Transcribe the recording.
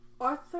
Arthur